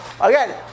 Again